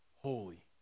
holy